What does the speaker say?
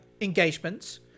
engagements